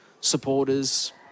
supporters